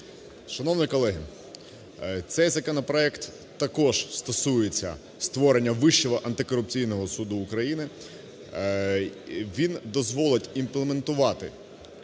Шановні колеги, цей законопроект також стосується створення Вищого антикорупційного суду України. Він дозволить імплементувати